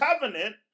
covenant